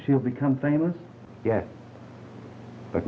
she'll become famous yes but